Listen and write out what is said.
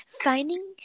finding